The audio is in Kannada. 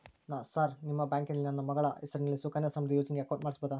ಸರ್ ನಿಮ್ಮ ಬ್ಯಾಂಕಿನಲ್ಲಿ ನಾನು ನನ್ನ ಮಗಳ ಹೆಸರಲ್ಲಿ ಸುಕನ್ಯಾ ಸಮೃದ್ಧಿ ಯೋಜನೆ ಅಕೌಂಟ್ ಮಾಡಿಸಬಹುದಾ?